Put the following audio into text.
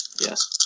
Yes